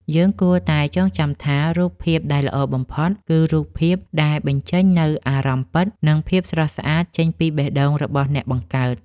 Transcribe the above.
យើងគួរតែចងចាំថា រូបភាពដែលល្អបំផុតគឺរូបភាពដែលបញ្ចេញនូវអារម្មណ៍ពិត និងភាពស្រស់ស្អាតចេញពីបេះដូងរបស់អ្នកបង្កើត។